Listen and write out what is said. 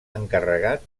encarregat